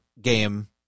game